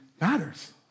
matters